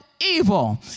evil